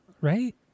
Right